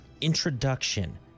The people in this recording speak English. introduction